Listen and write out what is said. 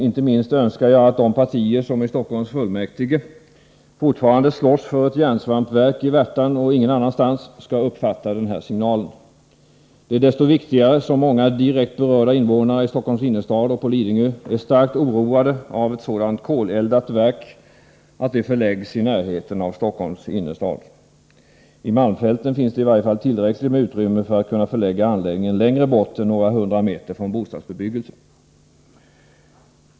Inte minst önskar jag att de partier som i Stockholms kommunfullmäktige fortfarande slåss för ett järnsvampsverk i Värtan och ingen annanstans skall uppfatta den här signalen. Detta är desto viktigare eftersom många direkt berörda invånare i Stockholms innerstad och på Lidingö är starkt oroade av att ett sådant koleldat verk förläggs i närheten av Stockholms innerstad. I malmfälten finns det i varje fall tillräckligt med utrymme för att kunna förlägga anläggningen längre bort än några hundra meter från bostadsbebyggelse.